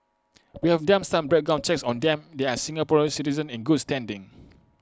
we have done some background checks on them and they are Singapore citizens in good standing